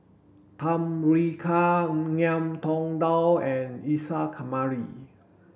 Tham Yui Kai Ngiam Tong Dow and Isa Kamari